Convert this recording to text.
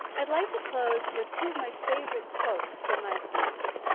i'd like to close with two of my favorite quotes from my opponents.